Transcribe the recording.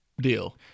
deal